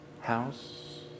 house